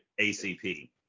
ACP